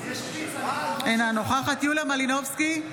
אינה נוכחת יוליה מלינובסקי,